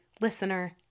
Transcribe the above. listener